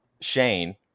Shane